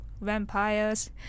vampires